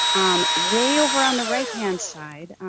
um way over on the right hand side,